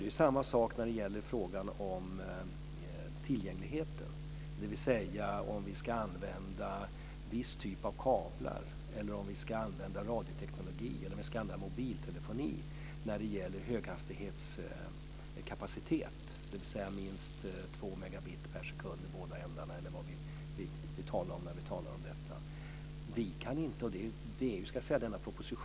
Det är samma sak när det gäller frågan om tillgängligheten, dvs. om vi ska använda viss typ av kablar, radioteknik eller mobiltelefoni vad gäller höghastighetskapacitet, dvs. minst 200 megabit per sekund i båda ändarna, eller vad vi nu talar om i detta sammanhang. Vi kan inte göra det.